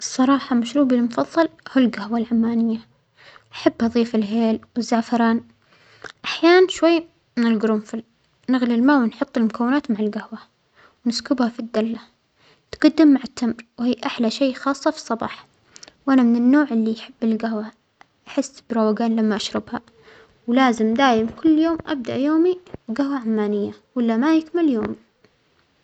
الصراحة مشروبى المفظل هو الجهوة العمانية، أحب أظيف الهيل والزعفران، أحيانا شوى من الجرنفل، نغلى الماية ونحط المكونات مع القهوة ونسكبها في الدلة تجدم مع التمر و هى أحلى شىء خاصة في الصباح، وأنا من النوع اللى يحب الجهوة بحس بروجان لما أشربها، ولازم دايما كل يوم أبدأ يومى بجهوة عمانية وإلا ما يكمل يومى.